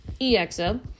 EXO